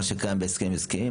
מה שקיים בהסכמים זה הסכמים,